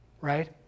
Right